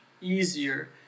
easier